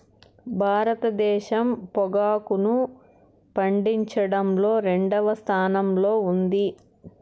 భారతదేశం పొగాకును పండించడంలో రెండవ స్థానంలో ఉంది